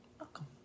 Welcome